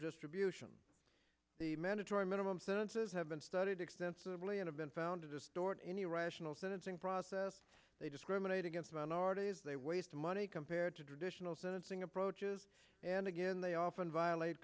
rebuke the mandatory minimum sentences have been studied extensively and have been found to distort any rational sentencing process they discriminate against minorities they waste money compared to traditional sentencing approaches and again they often violate